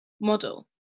model